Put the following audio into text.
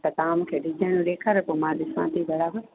त तव्हां मूंखे डिजाइन ॾेखारियो त मां ॾिसां थी बराबरि